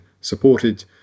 supported